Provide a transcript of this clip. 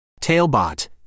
Tailbot